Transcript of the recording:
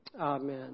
Amen